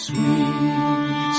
Sweet